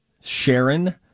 Sharon